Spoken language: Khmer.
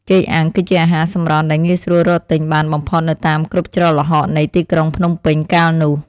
ចេកអាំងគឺជាអាហារសម្រន់ដែលងាយស្រួលរកទិញបានបំផុតនៅតាមគ្រប់ច្រកល្ហកនៃទីក្រុងភ្នំពេញកាលនោះ។